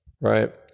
right